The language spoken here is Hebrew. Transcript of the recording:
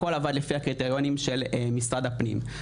הכול עבד לפי הקריטריונים של משרד הפנים.